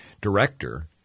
director